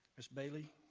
ms. bailey,